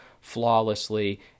flawlessly